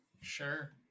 Sure